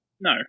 No